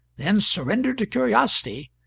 then surrendered to curiosity,